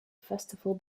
festival